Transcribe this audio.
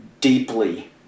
deeply